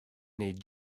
need